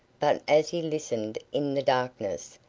but as he listened in the darkness,